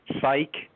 Psych